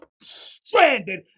stranded